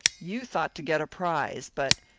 you thought to get a prize but,